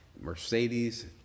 Mercedes